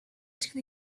can